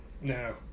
No